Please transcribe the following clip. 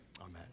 Amen